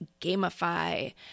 gamify